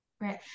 Right